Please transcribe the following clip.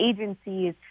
agencies